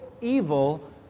evil